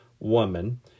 Woman